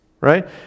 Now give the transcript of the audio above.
right